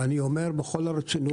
ואני אומר בכל הרצינות